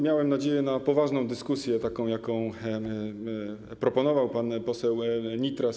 Miałem nadzieję na poważną dyskusję, taką, jaką proponował pan poseł Nitras.